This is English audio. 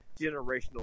generational